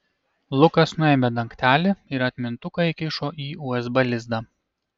lukas nuėmė dangtelį ir atmintuką įkišo į usb lizdą